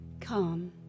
come